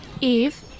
Eve